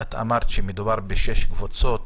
את אמרת שמדובר בשש קבוצות